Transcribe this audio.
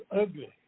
ugly